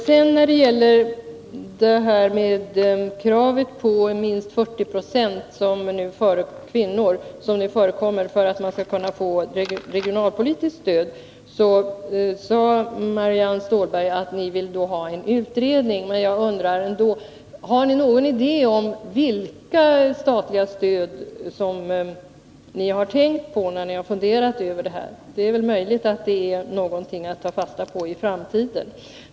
Beträffande det krav på minst 40 26 kvinnor som nu gäller för att regionalpolitiskt stöd skall kunna utgå, sade Marianne Stålberg att socialdemokraterna vill ha en utredning. Har ni någon idé om vilka statliga stöd som ni har tänkt på när ni har funderat över detta? Det är möjligt att det är något att ta fasta på i framtiden.